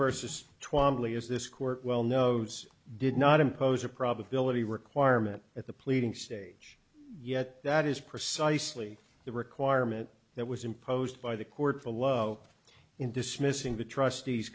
court well knows did not impose a probability requirement at the pleading stage yet that is precisely the requirement that was imposed by the court of the low in dismissing the trust